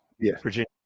virginia